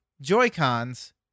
Joy-Cons